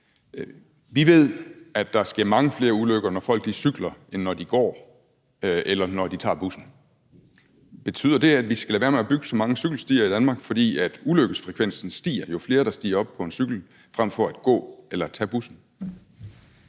Vi ved, at der sker mange flere ulykker, når folk cykler, end når de går, eller når de tager bussen. Betyder det, at vi skal lade være med at bygge så mange cykelstier i Danmark, fordi ulykkesfrekvensen stiger, jo flere der stiger op på en cykel frem for at gå eller tage bussen?